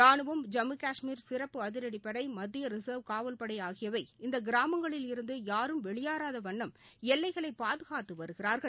ரானுவம் ஜம்மு காஷ்மீர் சிறப்பு அதிரடிப்படை மத்திய ரிச்வ் காவல்படை ஆகியவை இந்த கிராமங்களில் இருந்து யாரும் வெளியேறாத வண்ணம் எல்லைகளை பாதுகாத்து வருகிறா்கள்